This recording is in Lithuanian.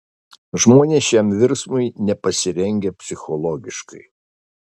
žmonės šiam virsmui nepasirengę psichologiškai